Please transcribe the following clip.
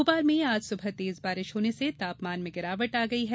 भोपाल में आज सुबह तेज बारिश होने से तापमान में गिरावट आ गई है